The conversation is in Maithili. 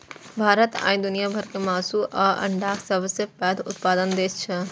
भारत आइ दुनिया भर मे मासु आ अंडाक सबसं पैघ उत्पादक देश छै